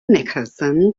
nicholson